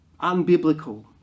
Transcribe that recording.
unbiblical